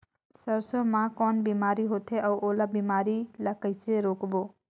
सरसो मा कौन बीमारी होथे अउ ओला बीमारी ला कइसे रोकबो?